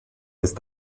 ist